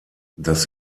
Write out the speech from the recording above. das